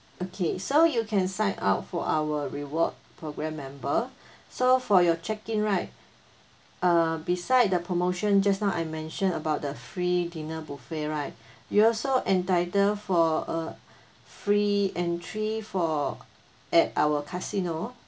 okay so you can sign up for our reward program member so for your check-in right uh beside the promotion just now I mentioned about the free dinner buffet right you're also entitled for a free entry for at our casino